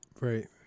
Right